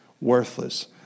Worthless